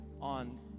on